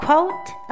Quote